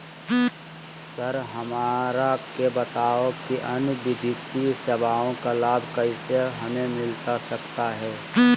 Sir हमरा के बताओ कि अन्य वित्तीय सेवाओं का लाभ कैसे हमें मिलता सकता है?